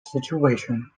situation